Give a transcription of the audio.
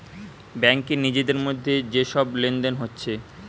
ব্যাংকে নিজেদের মধ্যে যে সব লেনদেন হচ্ছে